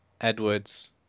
Edwards